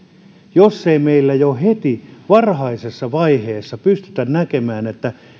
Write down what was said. jos ei meillä jo heti varhaisessa vaiheessa pystytä näkemään